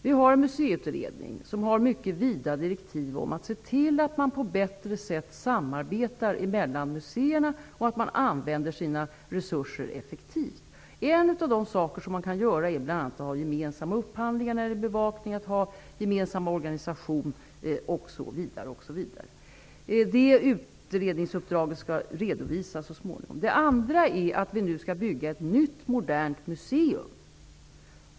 Vi har en museiutredning som har mycket vida direktiv om ett bättre samarbete mellan museerna och en effektivare användning av resurserna. Bl.a. kan man ha gemensam upphandling när det gäller bevakning, en gemensam organisation osv. Detta utredningsuppdrag skall så småningom redovisas. Det skall nu byggas ett nytt modernt museum.